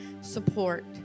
support